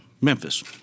Memphis